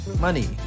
money